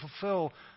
fulfill